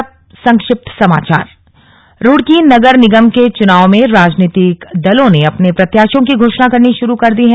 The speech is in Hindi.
अब संक्षिप्त समाचार रुड़की नगर निगम के चुनाव में राजनीतिक दलों ने अपने प्रत्याशियों की घोषणा करनी शुरु कर दी है